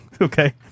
Okay